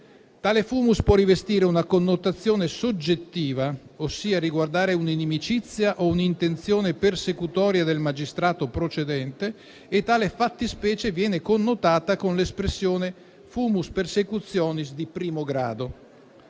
Tale *fumus* può rivestire una connotazione soggettiva, ossia riguardare un'inimicizia o un'intenzione persecutoria del magistrato procedente, e tale fattispecie viene connotata con l'espressione *fumus persecutionis* di primo grado.